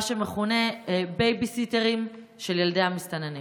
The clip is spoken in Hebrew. מה שמכונה בייביסיטרים של ילדי המסתננים.